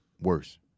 worse